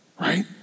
Right